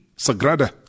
Sagrada